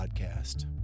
Podcast